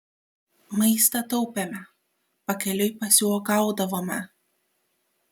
maistą taupėme pakeliui pasiuogaudavome